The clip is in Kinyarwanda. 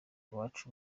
iwacu